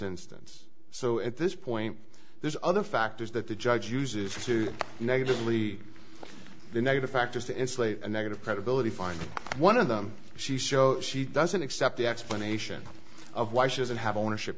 instance so at this point there's other factors that the judge uses to negatively the negative factors to enslave a negative credibility find one of them she shows she doesn't accept the explanation of why she doesn't have ownership